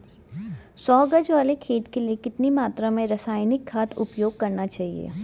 सौ गज वाले खेत के लिए कितनी मात्रा में रासायनिक खाद उपयोग करना चाहिए?